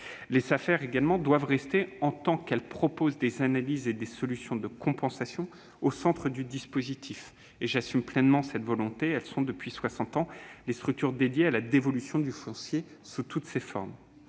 Les Safer doivent rester, en tant qu'elles proposent des analyses et des solutions de compensation, au centre du dispositif. J'assume pleinement cette volonté. Elles sont depuis soixante ans les structures consacrées à la dévolution du foncier sous toutes ses formes.